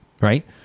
Right